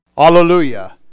Hallelujah